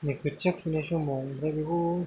बे खोथिया खुबैनाय समाव आमफ्राय बेखौ